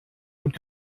und